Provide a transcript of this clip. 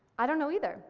i don't know either,